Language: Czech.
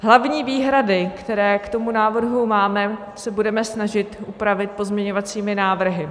Hlavní výhrady, které k návrhu máme, se budeme snažit upravit pozměňovacími návrhy.